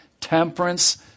temperance